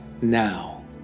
now